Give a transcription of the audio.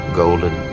golden